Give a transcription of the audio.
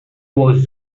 was